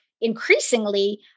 increasingly